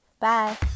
bye